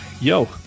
Yo